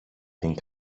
την